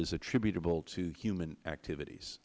is attributable to human activities